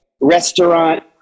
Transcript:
restaurant